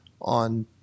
on